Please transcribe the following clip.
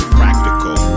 practical